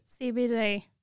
cbd